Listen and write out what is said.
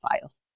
files